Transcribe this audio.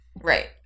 right